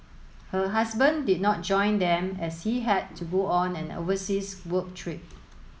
her husband did not join them as he had to go on an overseas work trip